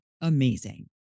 amazing